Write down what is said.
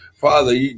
Father